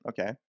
okay